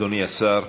אדוני השר,